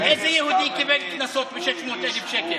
איזה יהודי קיבל קנסות של 600,000 שקל?